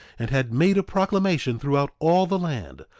and had made a proclamation throughout all the land,